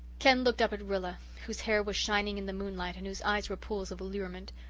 ken looked up at rilla, whose hair was shining in the moonlight and whose eyes were pools of allurement.